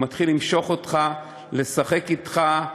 הוא מתחיל למשוך אותך, לשחק אתך,